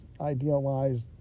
idealized